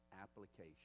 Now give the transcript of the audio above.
application